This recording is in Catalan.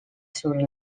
sobre